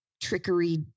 trickery